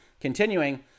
Continuing